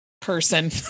person